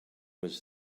was